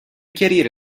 chiarire